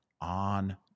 on